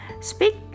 speak